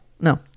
No